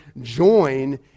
join